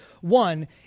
One